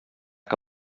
que